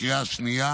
לקריאה השנייה